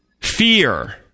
Fear